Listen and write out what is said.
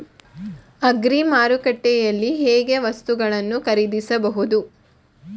Agri ಮಾರುಕಟ್ಟೆಯಲ್ಲಿ ಹೇಗೆ ವಸ್ತುಗಳನ್ನು ಖರೀದಿಸಬಹುದು?